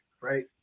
right